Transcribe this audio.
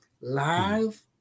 live